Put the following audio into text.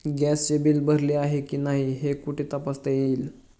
गॅसचे बिल भरले आहे की नाही हे कुठे तपासता येईल?